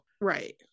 Right